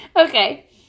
Okay